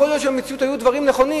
יכול להיות שבמציאות היו דברים נכונים.